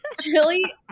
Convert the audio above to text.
Chili